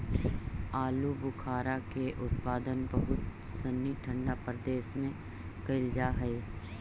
आलूबुखारा के उत्पादन बहुत सनी ठंडा प्रदेश में कैल जा हइ